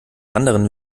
anderen